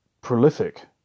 prolific